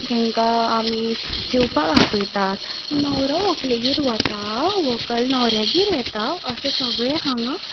मागीर तेंका आमी जेवपाक आफयता न्हवरो व्हंकलेगेर वता व्हंकल न्हवऱ्यागेर येता अशें सगलें हांगा